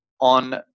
on